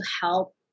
help